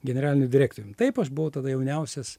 generaliniu direktorium taip aš buvau tada jauniausias